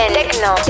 techno